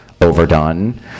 overdone